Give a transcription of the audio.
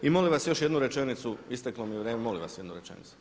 I molim vas još jednu rečenicu, isteklo mi je vrijeme, molim vas jednu rečenicu.